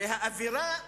האווירה הזאת,